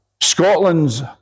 Scotland's